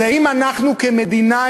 אז האם אנחנו כמדינה,